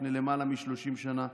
לפני למעלה מ-30 שנה.